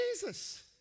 Jesus